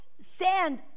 sand